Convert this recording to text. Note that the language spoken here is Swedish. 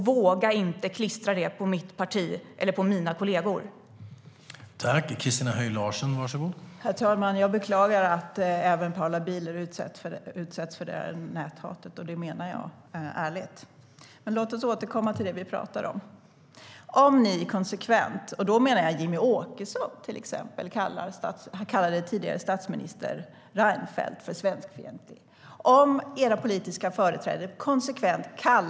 Våga inte klistra det på mitt parti eller mina kolleger!